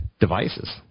Devices